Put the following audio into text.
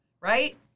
right